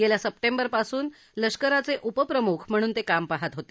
गेल्या सप्टेंबरपासून लष्कराचे उपप्रमुख म्हणून ते काम पाहत होते